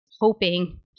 hoping